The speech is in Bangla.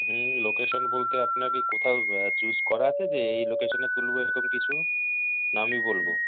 হুম লোকেশান বলতে আপনার কি কোথাও চুস করা আছে যে এই এই লোকেশানে তুলবো এরকম কিছু না আমি বলবো